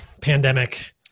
pandemic